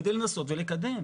כדי לנסות ולקדם.